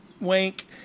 Wink